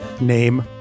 Name